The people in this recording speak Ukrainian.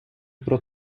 про